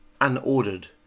unordered